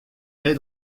née